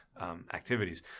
activities